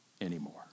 anymore